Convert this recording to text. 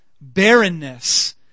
Barrenness